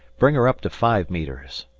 bring her up to five metres!